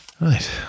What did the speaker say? Right